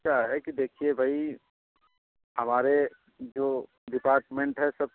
क्या है कि देखिए भई हमारे जो डिपार्टमेंट है सब